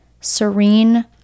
Serene